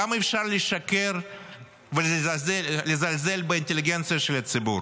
כמה אפשר לשקר ולזלזל באינטליגנציה של הציבור?